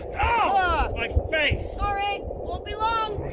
ow! my face! sorry. won't be long.